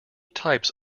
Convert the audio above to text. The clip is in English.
types